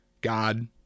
God